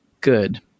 good